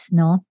no